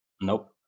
Nope